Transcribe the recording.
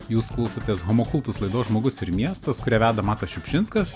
jūs klausotės homo kultus laidos žmogus ir miestas kurią veda matas šiupšinskas